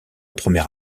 première